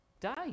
die